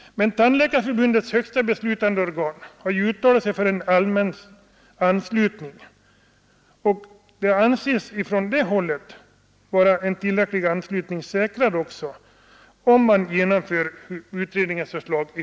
Men Tandläkarförbundets högsta beslutande organ har ju uttalat sig för en allmän anslutning, och en tillräcklig anslutning anses från det hållet också vara säkrad om man i huvudsak genomför utredningens förslag.